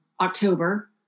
October